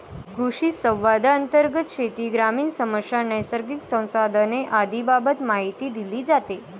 कृषिसंवादांतर्गत शेती, ग्रामीण समस्या, नैसर्गिक संसाधने आदींबाबत माहिती दिली जाते